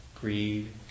greed